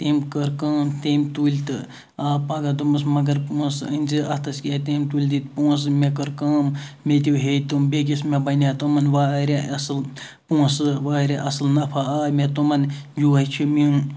أمۍ کٔر کٲم تمۍ تُلۍ تہٕ آو پَگاہ دوٚپمَس مَگَر پونٛسہٕ أنۍزِ اَتھَس کیَتھ تمۍ تُلۍ دِتۍ پونٛسہٕ مےٚ کٔر کٲم مےٚ تہٕ ہیتۍ تِم بیٚکِس مےٚ بَنہِ ہا تِمَن واریاہ اَصل پونٛسہٕ واریاہ اَصل نَفَع آے مےٚ تِمَن یُہے چھُ میون